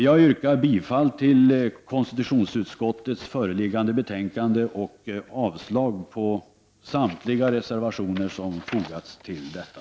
Jag yrkar bifall till hemställan i konstitutionsutskottets föreliggande betänkande och avslag på samtliga reservationer som fogats till detta.